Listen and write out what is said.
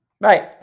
Right